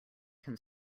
can